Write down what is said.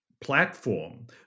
platform